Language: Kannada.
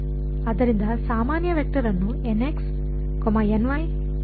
ಆದ್ದರಿಂದ ಸಾಮಾನ್ಯ ವೆಕ್ಟರ್ ಅನ್ನು ಎಂದು ಬರೆಯೋಣ